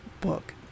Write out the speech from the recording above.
book